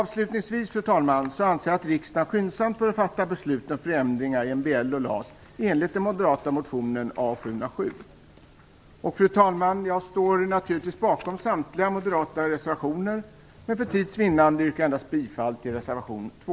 Avslutningsvis anser jag att riksdagen skyndsamt bör fatta beslut om förändringar i MBL Fru talman! Jag står naturligtvis bakom samtliga moderata reservationer, men för tids vinnande yrkar jag bifall endast till reservation 2.